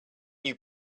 you